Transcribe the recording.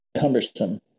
cumbersome